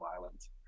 violence